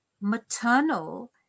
maternal